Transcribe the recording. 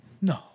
no